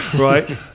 right